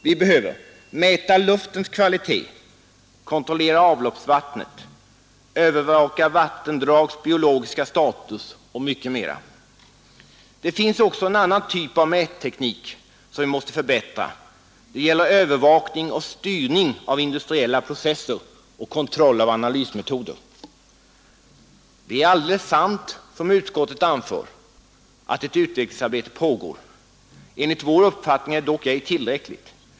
Vi behöver mäta luftens kvalitet, kontrollera avloppsvattnet, övervaka vattendrags biologiska status och mycket mera. Det finns också en annan typ av mätteknik som vi måste förbättra. Det gäller övervakning och styrning av industriella processer och kontroll av analysmetoder. Det är alldeles sant, som utskottet anför, att ett utvecklingsarbete pågår. Enligt vår uppfattning är det dock ej tillräckligt.